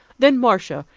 then, marcia,